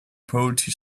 poetry